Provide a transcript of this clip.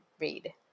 read